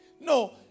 No